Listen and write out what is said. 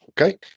okay